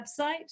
website